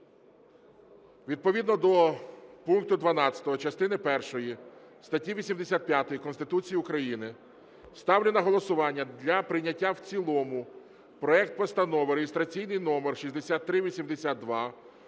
Відповідно до пункту 12 частини першої статті 85 Конституції України ставлю на голосування для прийняття в цілому проект Постанови (реєстраційний номер 6382)